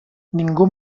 ningú